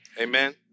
Amen